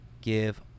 give